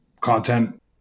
content